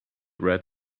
red